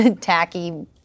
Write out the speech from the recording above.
tacky